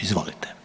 Izvolite.